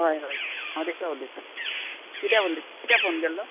हय हय हांव रेखा उलयतां कित्या उलयतां किद्या फोन केल्लो आं